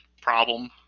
problem